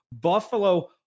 Buffalo